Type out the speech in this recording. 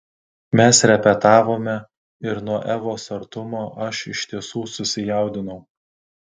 mes repetavome ir nuo evos artumo aš iš tiesų susijaudinau